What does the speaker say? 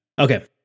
Okay